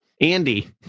Andy